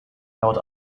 held